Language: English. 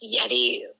Yeti